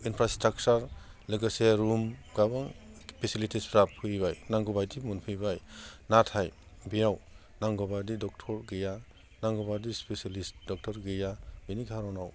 infrastructure लोगोसे लुम गोबां फेसिलिथिसफ्रा फैबाय नांगौबायदि मोनफैबाय नाथाय बेयाव नांगौबादि डक्थर गैया नांगौबादि स्पेसियेलिस्ट डक्थर गैया बिनि खारनाव